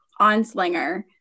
Onslinger